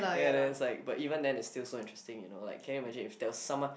ya and then it's like but even then it's still so interesting you know like can you imagine if there was someone